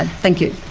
and thank you.